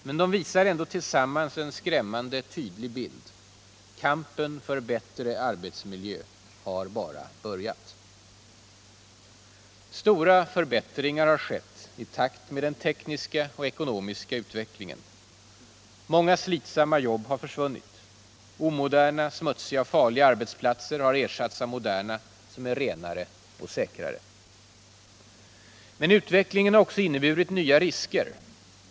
Men de visar ändå tillsammans en skrämmande tydlig bild. Kampen för bättre arbetsmiljö har bara börjat. Stora förbättringar har skett i takt med den tekniska och ekonomiska utvecklingen. Många slitsamma jobb har försvunnit. Omoderna, smutsiga och farliga arbetsplatser har ersatts av moderna, som är renare och säkrare. Men utvecklingen har också inneburit nya risker.